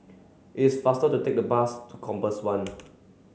is faster to take the bus to Compass One